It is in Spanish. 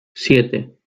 siete